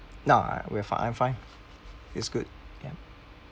no I we're fi~ I'm fine it's good ya